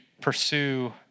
pursue